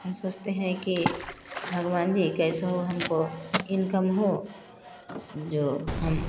हम सोचतें हैं की भगवान जी कैस हो हमको इंकम हो जो हम